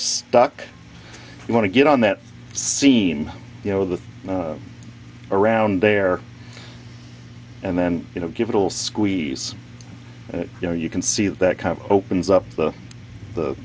stuck you want to get on that seam you know that around there and then you know give it all squeeze you know you can see that kind of opens up the the